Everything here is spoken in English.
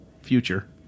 future